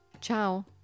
Ciao